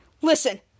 Listen